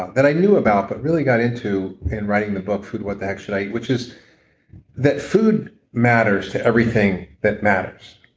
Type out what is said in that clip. and i knew about, but really got into in writing the book, food, what the heck should i eat? which is that food matters to everything that matters.